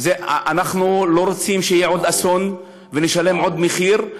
אנחנו לא רוצים שיהיה עוד אסון ונשלם עוד מחיר.